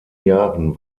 jahren